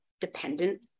dependent